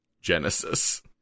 Genesis